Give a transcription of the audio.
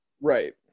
Right